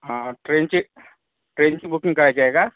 हां ट्रेनचे ट्रेनची बुकिंग करायची आहे का